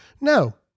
No